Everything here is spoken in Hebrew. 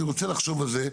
אני רוצה לחשוב על זה.